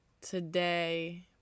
today